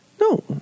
No